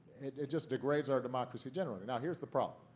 it just degrades our democracy, generally. now, here's the problem.